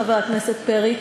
חבר הכנסת פרי,